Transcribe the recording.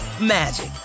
magic